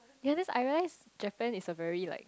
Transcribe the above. ya just I realize Japan is a really like